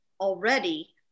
already